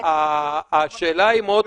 צביקה,